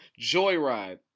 Joyride